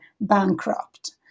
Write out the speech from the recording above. bankrupt